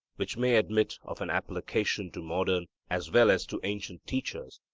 which may admit of an application to modern as well as to ancient teachers,